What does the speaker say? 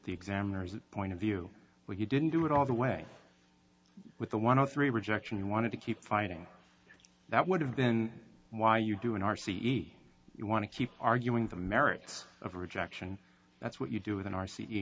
the examiners point of view but you didn't do it all the way with a one or three rejection who wanted to keep fighting that would have been why you do an r c e you want to keep arguing the merits of rejection that's what you do with an r